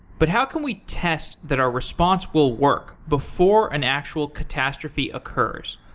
but how can we test that our response will work before an actual catastrophe occurs?